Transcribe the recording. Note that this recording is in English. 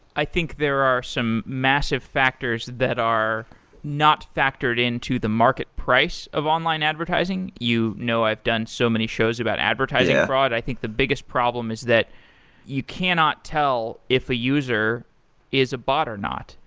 i think there are some massive factors that are not factored in to the market price of online advertising. you know i've done so many shows about advertising fraud, and i think the biggest problem is that you cannot tell if a user is a bot or not.